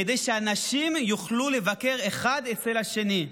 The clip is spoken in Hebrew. כדי שאנשים יוכלו לבקר אחד אצל השני.